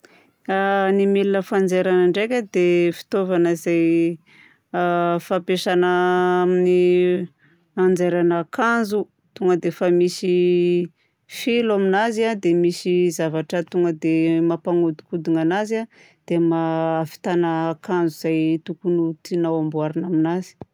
A ny milina fanjairana ndraika dia fitaovana izay a fampiasana a amin'ny hanjairana akanjo tonga dia efa misy filo aminazy a dia misy zavatra tonga dia mampanodikodina anazy a dia ma- ahavitana akanjo izay tokony tianao amboarina aminazy.